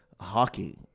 hockey